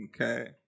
Okay